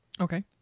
Okay